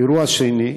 אירוע שני,